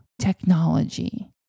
technology